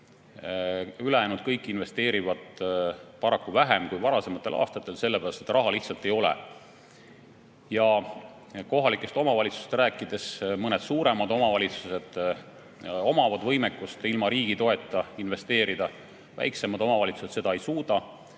ülejäänud kõik investeerivad paraku vähem kui varasematel aastatel, sellepärast et raha lihtsalt ei ole. Kui kohalikest omavalitsustest rääkida, siis mõned suuremad omavalitsused omavad võimekust ilma riigi toeta investeerida, väiksemad omavalitsused seda ei suuda.